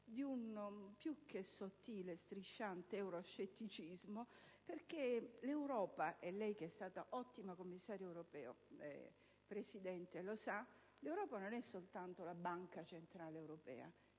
di un più che sottile, strisciante euroscetticismo, perché l'Europa - e lei che è stata un ottimo commissario europeo, Presidente, lo sa - non è soltanto la Banca centrale europea.